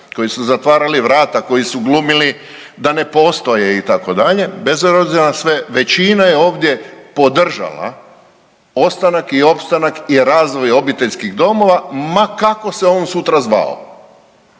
koji su zatvarali vrata, koji su glumili da ne postoje itd., bez obzira na sve većina je ovdje podržala ostanak i opstanak i razvoj obiteljskih domova ma kako se on sutra zvao,